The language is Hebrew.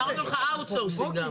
אמרנו לך Outsourcing גם.